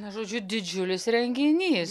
na žodžiu didžiulis renginys